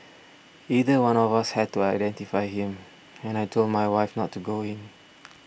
either one of us had to identify him and I told my wife not to go in